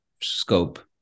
scope